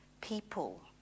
people